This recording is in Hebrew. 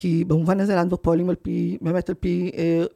כי במובן הזה אנו פועלים על פי, באמת על פי